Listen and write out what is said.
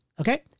Okay